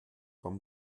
kam